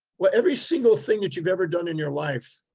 well, every single thing that you've ever done in your life,